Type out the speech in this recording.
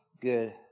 good